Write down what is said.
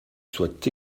soit